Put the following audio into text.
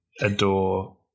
adore